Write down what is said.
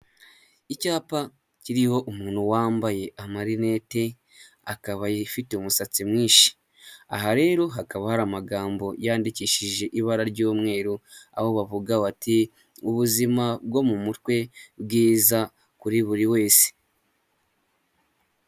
Icyapa kiriho umuntu wambaye amarinete akaba afite umusatsi mwinshi, aha rero hakaba hari amagambo yandikishije ibara ry'umweru aho bavuga bati ubuzima bwo mu mutwe bwiza kuri buri wese.